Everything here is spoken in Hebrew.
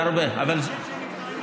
אני חושב שנפטרים יותר.